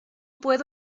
puedo